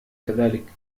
كذلك